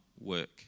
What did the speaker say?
work